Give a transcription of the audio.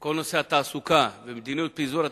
של כל נושא התעסוקה ומדיניות פיזור התעסוקה,